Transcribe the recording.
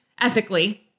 ethically